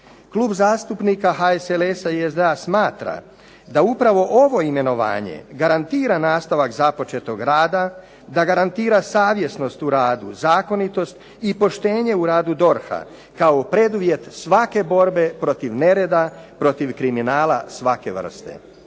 Klub zastupnika HSLS-a i SDA smatra da upravo ovo imenovanje garantira nastavak započetog rada, da garantira savjesnost u radu, zakonitost i poštenje u radu DORH-a kao preduvjet svake borbe protiv nereda, protiv kriminala svake vrste.